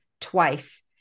twice